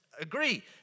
agree